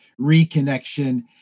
reconnection